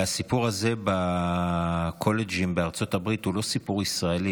והסיפור הזה בקולג'ים בארצות הברית הוא לא סיפור ישראלי,